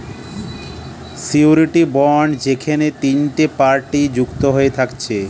surety bond যেখেনে তিনটে party যুক্ত হয়ে থাকছে